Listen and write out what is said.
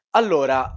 allora